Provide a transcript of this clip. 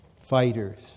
fighters